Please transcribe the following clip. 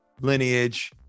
lineage